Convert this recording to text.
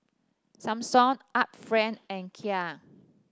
Samsung Art Friend and Kia